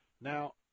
Now